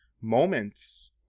moments